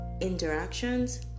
interactions